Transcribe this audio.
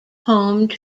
home